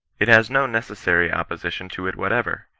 it has no necessary opposition to it whatever.